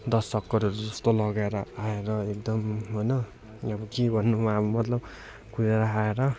दस चक्करहरू जस्तो लगाएर आएर एकदम होइन अब के भन्नु अब मतलब कुदेर आएर